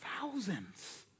thousands